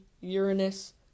Uranus